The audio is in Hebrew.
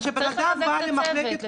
צריך לחזק את הצוות,